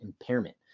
impairment